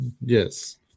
Yes